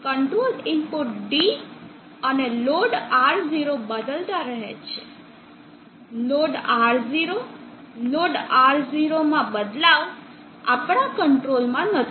control input d અને load R0 બદલતા રહે છે લોડ R0 લોડ R0 માં બદલાવ આપણા કંટ્રોલમાં નથી